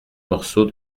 morceau